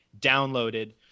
downloaded